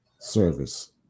service